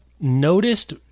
noticed